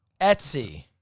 Etsy